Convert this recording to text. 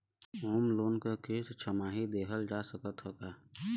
Home loan क किस्त छमाही देहल जा सकत ह का?